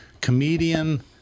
comedian